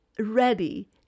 Ready